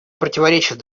противоречат